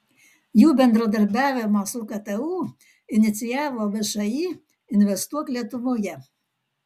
jų bendradarbiavimą su ktu inicijavo všį investuok lietuvoje